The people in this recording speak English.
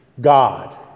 God